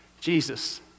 Jesus